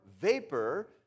vapor